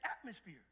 atmosphere